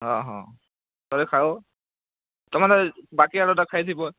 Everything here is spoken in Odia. ହଁ ହଁ ଥରେ ଖାଅ ତୁମେ ମାନେ ଏଇ ବାକି ଜାଗା ତ ଖାଇଥିବ